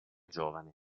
giovane